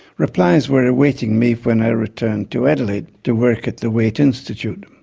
replies were awaiting me when i returned to adelaide to work at the waite institute.